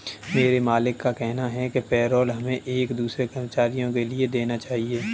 मेरे मालिक का कहना है कि पेरोल हमें एक दूसरे कर्मचारियों के लिए देना चाहिए